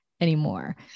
anymore